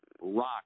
rock